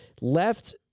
left